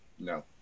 No